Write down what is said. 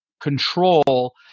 control